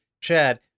Chad